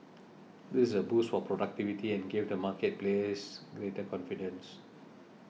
this is a boost for productivity and gave the market players greater confidence